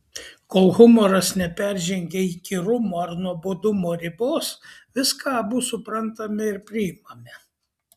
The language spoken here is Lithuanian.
kol humoras neperžengia įkyrumo ar nuobodumo ribos viską abu suprantame ir priimame